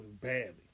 badly